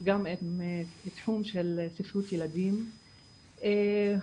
גם בתחום של ספרות ילדים ועברנו